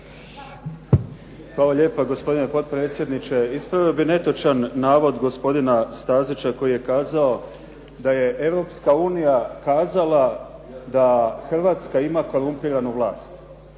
Hvala lijepa gospodine potpredsjedniče. Ispravio bih netočan navod gospodina Stazića koji je kazao da je Europska unija kazala da Hrvatska ima korumpiranu vlast.